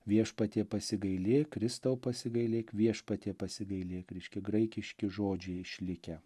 viešpatie pasigailėk kristau pasigailėk viešpatie pasigailėk reiškia graikiški žodžiai išlikę